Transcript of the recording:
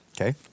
Okay